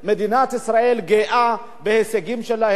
מדינת ישראל גאה בהישגים שלהם.